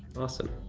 awesome.